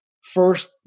first